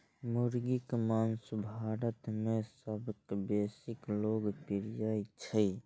मुर्गीक मासु भारत मे सबसं बेसी लोकप्रिय छै